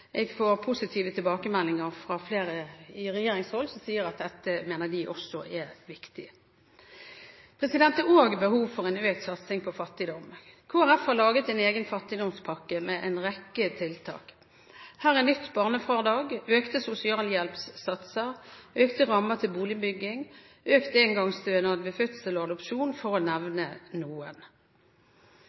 får positive tilbakemeldinger fra flere fra regjeringshold som sier at de også mener at dette er viktig. Det er også behov for en økt satsing på fattigdom. Kristelig Folkeparti har laget en egen fattigdomspakke med en rekke tiltak. For å nevne noen: Nytt barnefradrag, økte sosialhjelpssatser, økte rammer til boligbygging, økt engangsstønad ved fødsel og adopsjon.